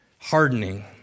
hardening